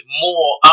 more